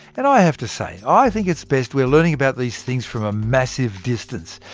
and i have to say, i think it's best we're learning about these things from a massive distance,